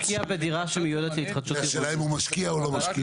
השאלה אם הוא משקיע או לא משקיע?